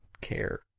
care